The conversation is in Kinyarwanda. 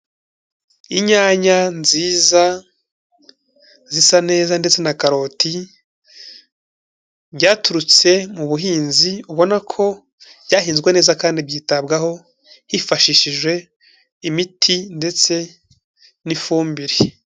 Inyanya nziza, zisa neza, ndetse na karoti, byaturutse mu buhinzi, ubona ko byahinzwe neza kandi byitabwaho, hifashishijwe imiti, ndetse n'ifumbire.